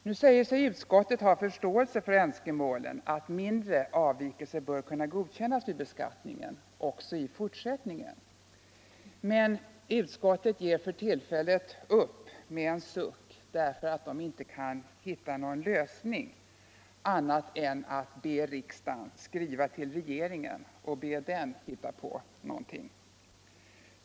Nu säger sig utskottet ha förståelse för önskemålen att mindre avvikelser bör kunna godkännas vid beskattningen också i fortsättningen, men ger för tillfället upp med en suck därför att det inte kan finna någon lösning, annat än att riksdagen skriver till regeringen och ber den hitta på någonting.